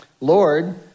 Lord